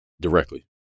directly